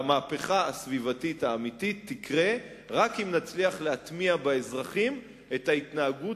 המהפכה הסביבתית האמיתית תקרה רק אם נצליח להטמיע באזרחים את ההתנהגות